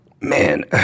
Man